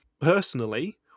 Personally